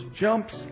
jumps